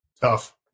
Tough